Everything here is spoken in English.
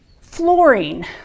flooring